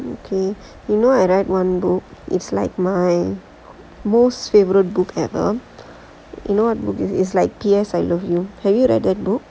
okay you know at I like one boook it's like my most favorite book ever you know is like P_S I love you have you read the book